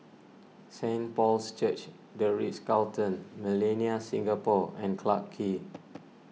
Saint Paul's Church the Ritz Carlton Millenia Singapore and Clarke Quay